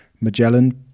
Magellan